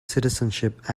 citizenship